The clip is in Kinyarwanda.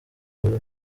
muri